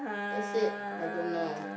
that's it I don't know